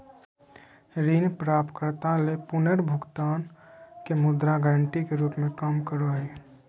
ऋण प्राप्तकर्ता ले पुनर्भुगतान के मुद्रा गारंटी के रूप में काम करो हइ